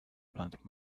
planet